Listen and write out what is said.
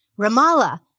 Ramallah